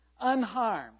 unharmed